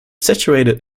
situated